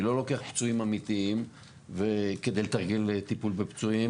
אני לא לוקח פצועים אמיתיים כדי לתרגל טיפול בפצועים